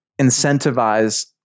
incentivize